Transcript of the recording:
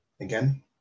Again